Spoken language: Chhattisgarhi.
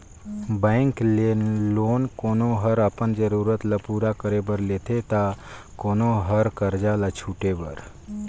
बेंक ले लोन कोनो हर अपन जरूरत ल पूरा करे बर लेथे ता कोलो हर करजा ल छुटे बर